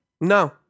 No